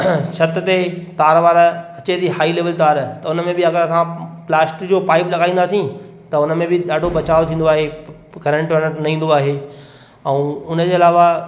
छिति ते तार वार अचे थी हाई लेविल तार त उनमें बि अगरि असां प्लास्टिक जो पाइप लॻाईंदासीं त उनमें बि ॾाढो बचाव थींदो आहे करंट वरंट न ईंदो आहे ऐं उनजे अलावा